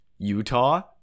Utah